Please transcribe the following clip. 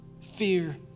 fear